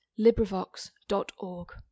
Librivox.org